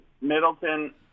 Middleton